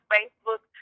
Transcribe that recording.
Facebook